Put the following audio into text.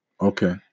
Okay